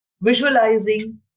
visualizing